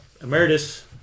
emeritus